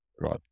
right